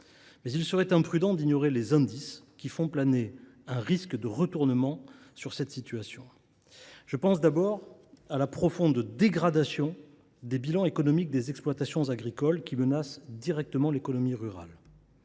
Mais il serait imprudent d’ignorer les indices qui laissent augurer un risque de retournement de la situation. Je pense d’abord à la profonde dégradation des bilans économiques des exploitations agricoles, qui menace directement l’économie rurale.